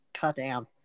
Goddamn